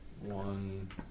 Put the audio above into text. one